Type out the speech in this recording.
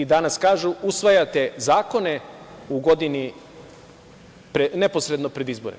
Danas kažu – usvajate zakone u godini neposredno pred izbore.